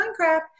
Minecraft